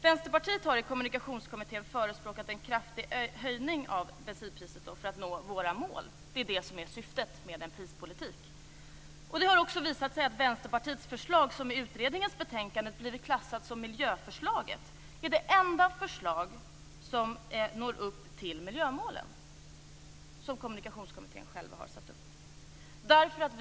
Vänsterpartiet har i Kommunikationskommittén förespråkat en kraftig höjning av bensinpriset i syfte att nå våra mål - det är det som är syftet med en prispolitik. Det har också visat sig att Vänsterpartiets förslag, som i utredningens betänkande blivit klassat som "miljöförslaget", är det enda förslag som når upp till de miljömål som Kommunikationskommittén själv har satt upp.